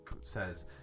says